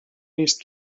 نیست